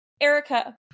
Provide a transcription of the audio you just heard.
erica